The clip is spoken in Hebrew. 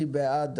אני בעד.